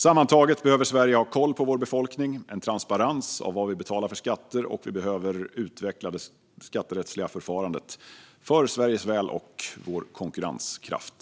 Sammantaget behöver vi i Sverige ha koll på vår befolkning och en transparens i vad vi betalar för skatter. Vi behöver också utveckla det skatterättsliga förfarandet, för Sveriges väl och för vår konkurrenskraft.